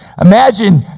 Imagine